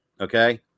okay